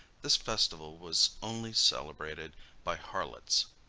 this festival was only celebrated by harlots.